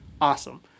Awesome